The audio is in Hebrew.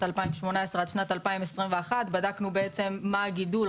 2018 עד שנת 2021 ובדקנו מה הגידול.